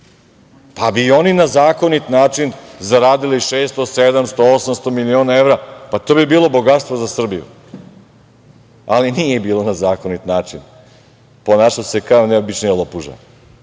pa bi i oni na zakonit način zaradili 600, 700, 800 miliona evra, pa to bi bilo bogatstvo za Srbiju, ali nije bilo na zakonit način. Ponašao se kao najobičnija lopuža